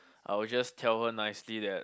I'll just tell her nicely that